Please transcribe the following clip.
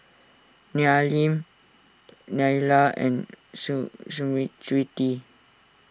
Neelam Neila and Smriti